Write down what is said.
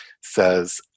says